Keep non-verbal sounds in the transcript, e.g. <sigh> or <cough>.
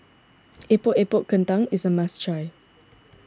<noise> Epok Epok Kentang is a must try